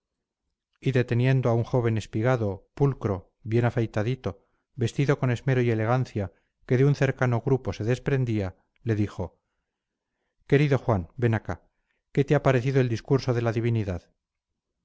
y deteniendo a un joven espigado pulcro bien afeitadito vestido con esmero y elegancia que de un cercano grupo se desprendía le dijo querido juan ven acá qué te ha parecido el discurso de la divinidad